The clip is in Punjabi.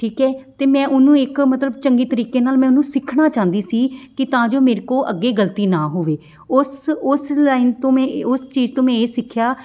ਠੀਕ ਹੈ ਅਤੇ ਮੈਂ ਉਹਨੂੰ ਇੱਕ ਮਤਲਬ ਚੰਗੇ ਤਰੀਕੇ ਨਾਲ ਮੈਂ ਉਹਨੂੰ ਸਿੱਖਣਾ ਚਾਹੁੰਦੀ ਸੀ ਕਿ ਤਾਂ ਜੋ ਮੇਰੇ ਕੋਲ ਅੱਗੇ ਗਲਤੀ ਨਾ ਹੋਵੇ ਉਸ ਉਸ ਲਾਈਨ ਤੋਂ ਮੈਂ ਉਸ ਚੀਜ਼ ਤੋਂ ਮੈਂ ਇਹ ਸਿੱਖਿਆ